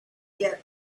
yet